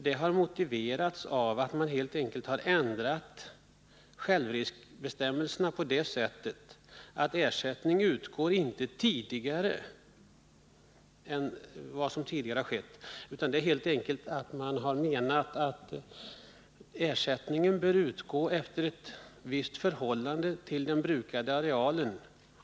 Detta har motiverats av att självriskbestämmelserna har ändrats så, att ersättning utgår i förhållande till den brukade arealen.